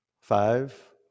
five